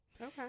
Okay